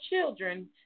children